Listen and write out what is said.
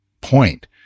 point